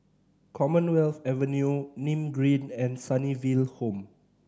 Commonwealth Avenue Nim Green and Sunnyville Home